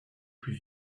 plus